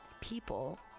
people